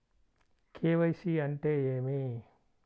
KYC అంటే ఏమి?